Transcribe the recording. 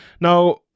now